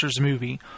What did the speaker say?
movie